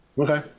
Okay